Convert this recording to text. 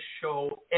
show